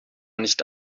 nicht